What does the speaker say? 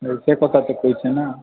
ମୁଁ ସେଇ କଥା ତ କହୁଛେ ନା